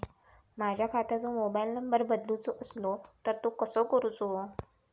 माझ्या खात्याचो mobile number बदलुचो असलो तर तो कसो करूचो?